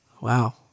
Wow